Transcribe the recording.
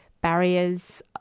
barriers